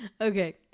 Okay